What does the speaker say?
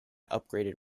upgraded